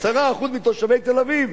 10% מתושבי תל-אביב,